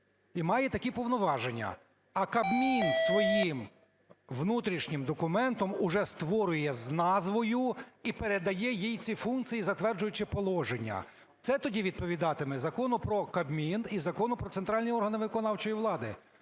і має такі повноваження. А Кабмін своїм внутрішнім документом уже створює з назвою і передає їй ці функції, затверджуючи положення. Це тоді відповідатиме Закону про Кабмін і Закону "Про центральні органи виконавчої влади".